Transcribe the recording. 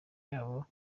yabo